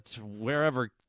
wherever